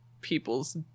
people's